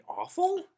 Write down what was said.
Awful